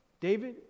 David